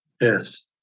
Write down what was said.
Yes